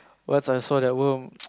once I saw that worm